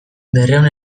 berrehun